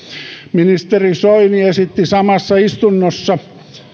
ministeri soini esitti samassa istunnossa